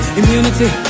immunity